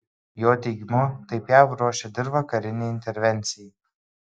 jo teigimu taip jav ruošia dirvą karinei intervencijai